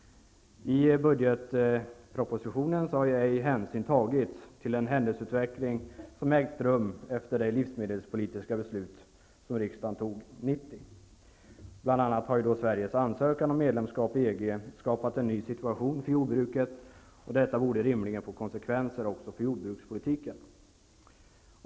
I budgetpropositionen har hänsyn inte tagits till den händelseutveckling som ägt rum efter det livsmedelspolitiska beslut riksdagen fattade 1990. Bl.a. har Sveriges ansökan om medlemskap i EG skapat en ny situation för jordbruket. Det borde rimligen få konsekvenser för jordbrukspolitiken.